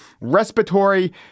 respiratory